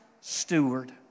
steward